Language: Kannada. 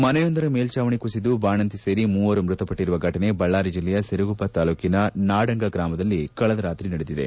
ಮನೆಯೊಂದರ ಮೇಲ್ದಾವಣಿ ಕುಸಿದು ಬಾಣಂತಿ ಸೇರಿ ಮೂವರು ಮೃತಪಟ್ಟಿರುವ ಫಟನೆ ಬಳ್ಳಾರಿ ಜಿಲ್ಲೆಯ ಸಿರುಗುಪ್ಪ ತಾಲೂಕಿನ ನಾಡಂಗ ಗ್ರಾಮದಲ್ಲಿ ಕಳೆದ ರಾತ್ರಿ ನಡೆದಿದೆ